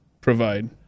provide